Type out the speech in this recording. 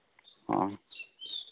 ᱦᱮᱸ